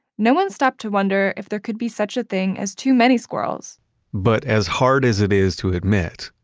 no one stopped to wonder if there could be such a thing as too many squirrels but as hard as it is to admit,